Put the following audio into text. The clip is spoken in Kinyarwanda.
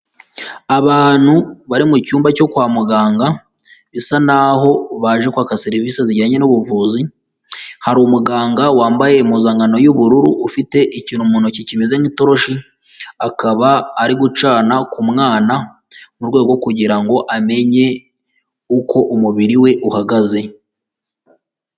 Abantu bari mu cyumba cyo kwa muganga bisa naho baje kwaka serivise zijyanye n'ubuvuzi, hari umuganga wambaye impuzankano y'ubururu ufite ikintu mu ntoki kimeze nk'itoroshi, akaba ari gucana ku mwana mu rwego kugira ngo amenye uko umubiri we uhagaze.